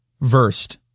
versed